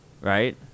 Right